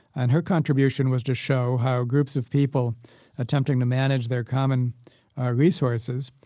and her contribution was to show how groups of people attempting to manage their common ah resources,